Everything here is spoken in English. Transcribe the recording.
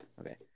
Okay